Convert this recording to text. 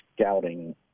scouting